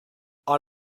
our